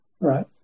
right